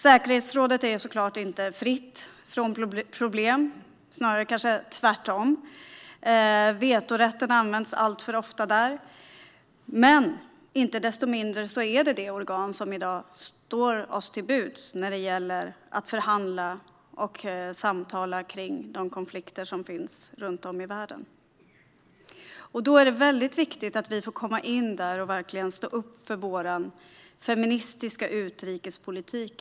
Säkerhetsrådet är såklart inte fritt från problem, snarare kanske tvärtom. Vetorätten används alltför ofta där. Men inte desto mindre är detta det organ som i dag står oss till buds när det gäller att förhandla och samtala om de konflikter som finns runt om i världen. Då är det mycket viktigt att vi får komma in där och verkligen stå upp för vår feministiska utrikespolitik.